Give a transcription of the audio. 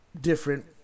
different